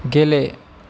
गेले